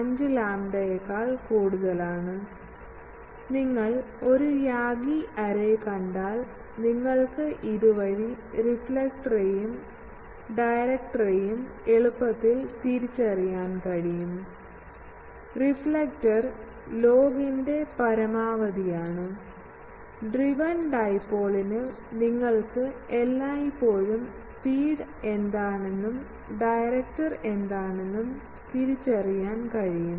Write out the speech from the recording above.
5 ലാംഡയേക്കാൾ കൂടുതലാണ് നിങ്ങൾ ഒരു യാഗി എറേ കണ്ടാൽ നിങ്ങൾക്ക് ഇത് വഴി റിഫ്ലക്ടറെയും ഡയറക്ടർമാരെയും എളുപ്പത്തിൽ തിരിച്ചറിയാൻ കഴിയും റിഫ്ലക്റ്റർ ലോഗിന്റെ പരമാവധി ആണ് ഡ്രിവൻ ഡൈപോളിന് നിങ്ങൾക്ക് എല്ലായ്പ്പോഴും ഫീഡ് എന്താണെന്നും ഡയറക്ടർ എന്താണെന്നും തിരിച്ചറിയാനും കഴിയും